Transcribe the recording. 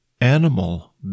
animal